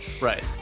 Right